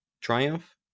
triumph